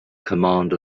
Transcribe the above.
command